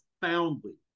profoundly